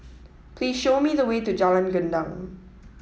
please show me the way to Jalan Gendang